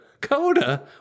Coda